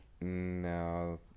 No